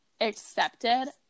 accepted